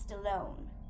alone